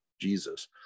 Jesus